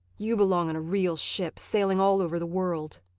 you belong on a real ship, sailing all over the world.